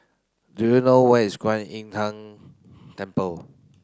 do you know where is Kwan Im Tng Temple